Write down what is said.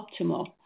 optimal